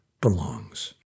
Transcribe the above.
belongs